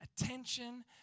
attention